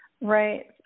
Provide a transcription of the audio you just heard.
right